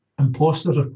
Imposters